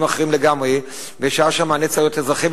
אחרים לגמרי בשעה שהמענה צריך להיות אזרחי,